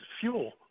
fuel